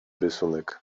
rysunek